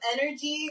energy